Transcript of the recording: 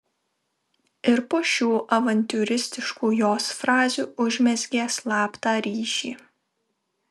ir po šių avantiūristiškų jos frazių užmezgė slaptą ryšį